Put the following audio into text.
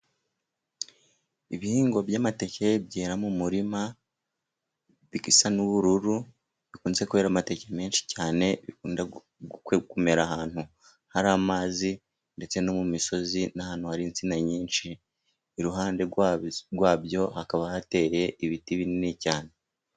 Ibihingwa by'amateke byera mu murima bigasa n'ubururu bikunze kwera amateke menshi cyane, bikunda kwera ahantu hari amazi ndetse no mu misozi n'ahantu hari insina nyinshi iruhande rwabyo hakaba hateye ibiti binini cyane.